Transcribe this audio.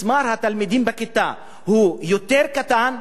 מספר התלמידים בכיתה הוא יותר קטן,